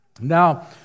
Now